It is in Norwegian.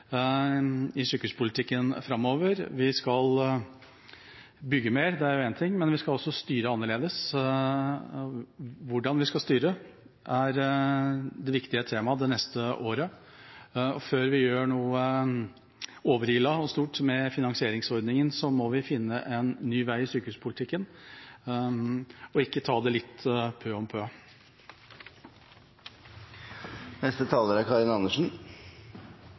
i sykehuspolitikken framover. Vi skal bygge mer, det er én ting, men vi skal også styre annerledes. Hvordan vi skal styre, er det viktige temaet det neste året. Før vi gjør noe overilt og stort med finansieringsordningen, må vi finne en ny vei i sykehuspolitikken og ikke ta det litt pø om pø. Takk til interpellanten for å ta opp et veldig viktig tema. Det er